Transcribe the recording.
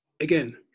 again